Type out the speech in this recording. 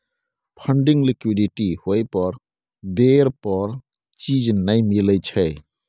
funding liquidity होइ पर बेर पर चीज नइ मिलइ छइ